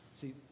See